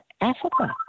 Africa